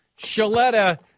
Shaletta